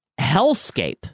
hellscape